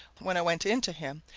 when i went in to him,